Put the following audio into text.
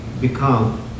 become